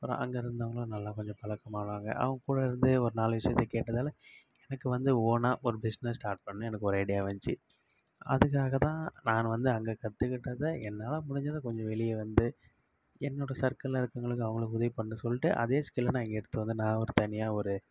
அப்புறம் அங்கே இருந்தவங்களும் நல்லா கொஞ்சம் பழக்கமானாங்க அவங்கூட இருந்தே ஒரு நாலு விஷயத்த கேட்டதால் எனக்கு வந்து ஓனாக ஒரு பிஸ்னஸ் ஸ்டார்ட் பண்ண எனக்கு ஒரு ஐடியா வந்துச்சி அதுக்காக தான் நான் வந்து அங்கே கற்றுக்கிட்டத என்னால் முடிஞ்சதை கொஞ்சம் வெளியே வந்து என்னோட சர்க்கிளில் இருக்கிறவங்களுக்கு அவங்களுக்கு உதவி பண்ணுறேன் சொல்லிட்டு அதே ஸ்கில்லை நான் இங்கே எடுத்துட்டு வந்து நான் ஒரு தனியாக ஒரு